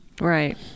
Right